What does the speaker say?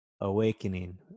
awakening